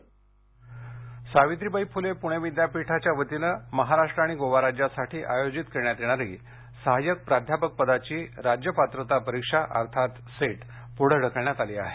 set Savitribai Phule Pune विद्यापीठाच्या वतीने महाराष्ट्र आणि गोवा राज्यासाठी आयोजित करण्यात येणारी सहाय्यक प्राध्यापक पदाची राज्य पात्रता परीक्षा अर्थात सेट पुढे ढकलण्यात आली आहे